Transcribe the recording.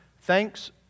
Thanks